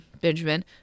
Benjamin